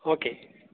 okay